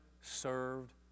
served